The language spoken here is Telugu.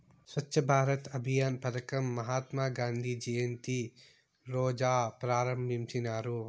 స్వచ్ఛ భారత్ అభియాన్ పదకం మహాత్మా గాంధీ జయంతి రోజా ప్రారంభించినారు